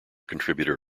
contributor